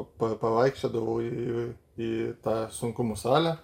pa pavaikščiodavau į į tą sunkumų salę